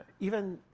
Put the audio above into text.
even,